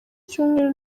cyumweru